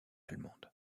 allemande